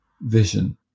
vision